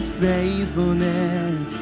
faithfulness